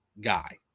guy